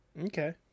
Okay